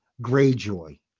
Greyjoy